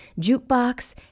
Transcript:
jukebox